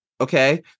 okay